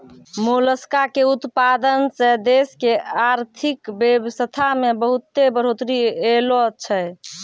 मोलसका के उतपादन सें देश के आरथिक बेवसथा में बहुत्ते बढ़ोतरी ऐलोॅ छै